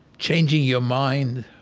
changing your mind